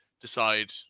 decide